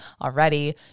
already